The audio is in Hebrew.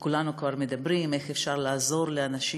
וכולנו כבר מדברים איך אפשר לעזור לאנשים,